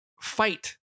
fight